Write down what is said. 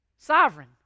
Sovereign